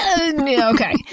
Okay